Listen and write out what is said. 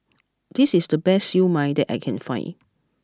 this is the best Siew Mai that I can find